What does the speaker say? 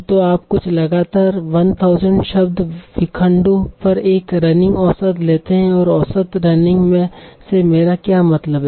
तो आप कुछ लगातार 1000 शब्द विखंडू पर एक रनिंग औसत लेते हैं औसत रनिंग से मेरा क्या मतलब है